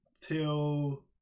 till